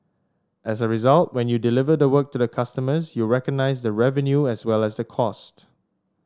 as a result when you deliver the work to the customers you recognise the revenue as well as the cost